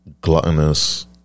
gluttonous